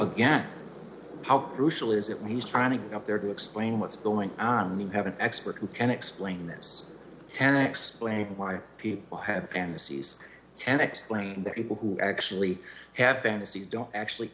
again how crucial is that when he was trying to get up there to explain what's going on the you have an expert who can explain this and explain why people have fantasies and explain their evil who actually had fantasies don't actually